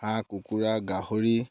হাঁহ কুকুৰা গাহৰি